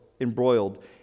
embroiled